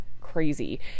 crazy